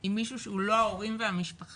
עם מישהו שהוא לא ההורים והמשפחה,